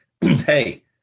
Hey